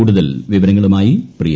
കൂടുതൽ വിവരങ്ങളുമായി പ്രിയ